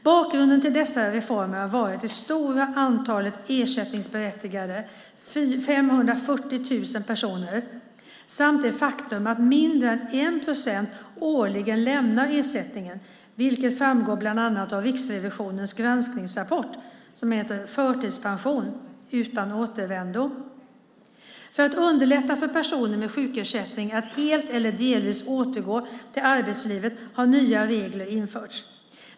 Bakgrunden till dessa reformer har varit det stora antalet ersättningsberättigade, 540 000 personer, samt det faktum att mindre än 1 procent årligen lämnar ersättningen, vilket framgår bland annat av Riksrevisionens granskningsrapport, som heter Förtidspension utan återvändo . För att underlätta för personer med sjukersättning att helt eller delvis återgå till arbetslivet har nya regler införts.